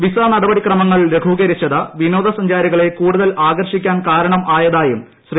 visa നടപടി ക്രമങ്ങൾ ലഘൂകരിച്ചത് വിനോദ സഞ്ചാരികളെ കൂടുതൽ ആകർഷിക്കാൻ കാരണമായതായും ശ്രീ